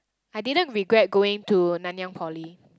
I didn't regret going to Nanyang Poly